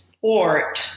port